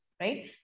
right